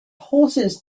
horses